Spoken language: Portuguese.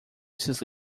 esses